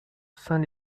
saint